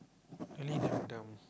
really damn dumb